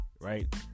right